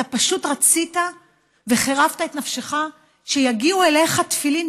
אתה פשוט רצית וחירפת את נפשך שיגיעו אליך תפילין